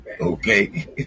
Okay